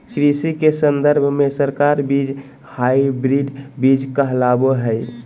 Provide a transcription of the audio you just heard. कृषि के सन्दर्भ में संकर बीज हायब्रिड बीज कहलाबो हइ